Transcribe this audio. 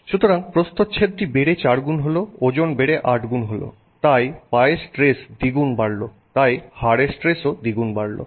সুতরাং প্রস্থচ্ছেদটি বেড়ে চার গুণ হলো ওজন বেড়ে আটগুণ হলো তাই পায়ের স্ট্রেস দ্বিগুণ বাড়ল তাই হাড়ের স্ট্রেসও দ্বিগুণ বাড়লো